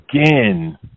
again